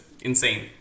insane